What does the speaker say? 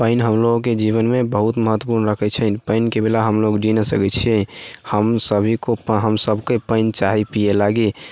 पानि हम लोगके जीवनमे बहुत महत्व रखै छनि पानिके बिना हम लोग जी न सकै छियै हम सभके पानि चाही पीयै लागि